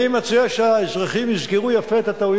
אני מציע שהאזרחים יזכרו יפה את הטעויות